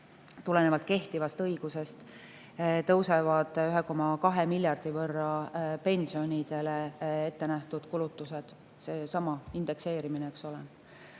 tulenevalt kehtivast õigusest tõusevad 1,2 miljardi võrra pensionidele ettenähtud kulutused, seesama indekseerimine, eks ole.